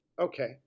Okay